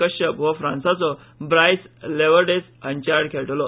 कश्यप हो फ्रांसाचो Brice Leverdez हांचे आड खेळटलो